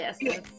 yes